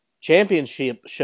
championship